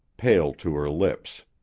pale to her lips.